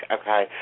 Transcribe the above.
Okay